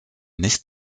nicht